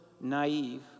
naive